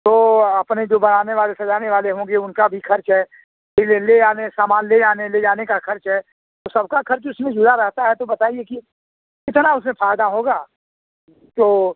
तो अपने जो बनाने वाले सजाने वाले होंगे उनका भी खर्च है फिर ले आने समान ले आने ले जाने का खर्च है तो सबका खर्च उसमें जुड़ा रहता है तो बताइए कि कितना उसमें फायदा होगा तो